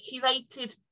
curated